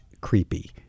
creepy